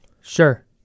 Sure